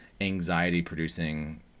anxiety-producing